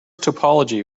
topology